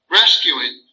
rescuing